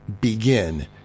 begin